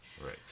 Right